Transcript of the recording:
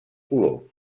color